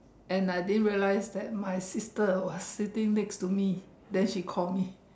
and I didn't realise that my sister was sitting next to me then she call me